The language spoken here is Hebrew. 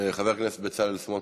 חבר הכנסת בצלאל סמוטריץ.